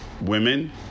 Women